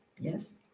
yes